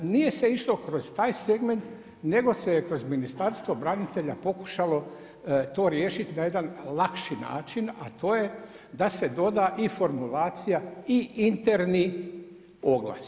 Nije se išlo kroz taj segment nego se je kroz Ministarstvo branitelja pokušalo to riješiti na jedan lakši način a to je da se doda i formulacija i interni oglas.